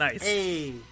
Nice